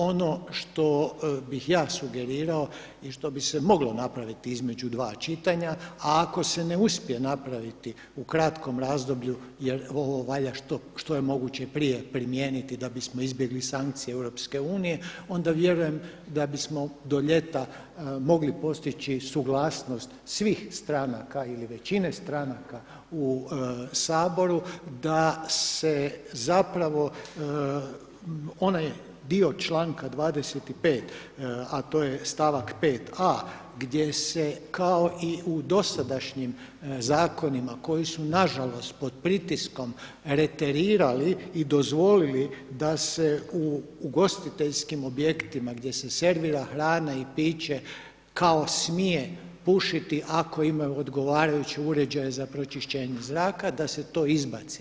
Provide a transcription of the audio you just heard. Ono što bih ja sugerirao i što bi se moglo napraviti između dva čitanja, a ako se ne uspije napraviti u kratkom razdoblju jer ovo valja što je moguće prije primijeniti da bismo izbjegli sankcije EU onda vjerujem da bismo do ljeta mogli postići suglasnost svih stranaka ili većine stranaka u Saboru da se zapravo onaj dio članka 25., a to je stavak 5.a gdje se kao i u dosadašnjim zakonima koji su nažalost pod pritiskom reterirali i dozvolili da se u ugostiteljskim objektima gdje se servira hrana i piće kao smije pušiti ako imaju odgovarajući uređaj za pročišćenje zraka, da se to izbaci.